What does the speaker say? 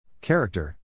Character